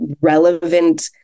relevant